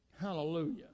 Hallelujah